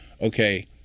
Okay